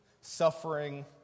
suffering